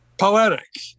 poetic